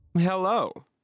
Hello